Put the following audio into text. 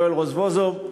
ויואל רזבוזוב,